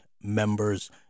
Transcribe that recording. members